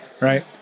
Right